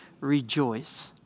rejoice